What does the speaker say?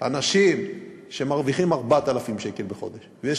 אנשים שמרוויחים 4,000 שקל בחודש ויש